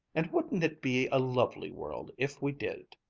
and wouldn't it be a lovely world, if we did!